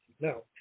now